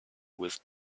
with